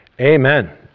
amen